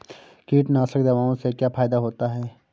कीटनाशक दवाओं से क्या फायदा होता है?